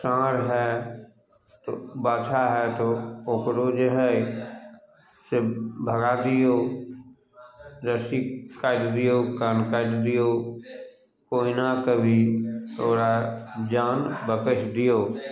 साँढ़ हइ तऽ बाछा हइ तऽ ओकरो जे हइ से भगा दियौ रस्सी काटि दियौ कान काटि दियौ ओहिना कभी ओकरा जान बकैस दियौ